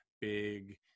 big